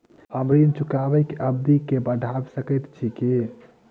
हम ऋण चुकाबै केँ अवधि केँ बढ़ाबी सकैत छी की?